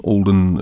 Olden